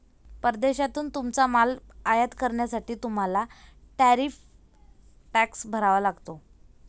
परदेशातून तुमचा माल आयात करण्यासाठी तुम्हाला टॅरिफ टॅक्स भरावा लागतो